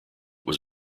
was